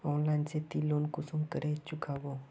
Online से ती loan कुंसम करे चुकाबो?